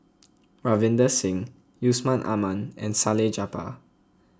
Ravinder Singh Yusman Aman and Salleh Japar